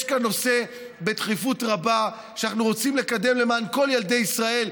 יש כאן נושא שאנחנו רוצים לקדם בדחיפות רבה למען כל ילדי ישראל,